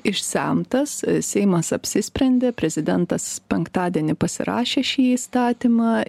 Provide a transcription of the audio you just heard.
išsemtas seimas apsisprendė prezidentas penktadienį pasirašė šį įstatymą